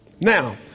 Now